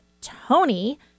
Tony